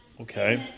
Okay